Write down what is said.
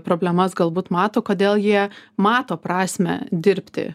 problemas galbūt mato kodėl jie mato prasmę dirbti